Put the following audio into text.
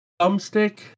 thumbstick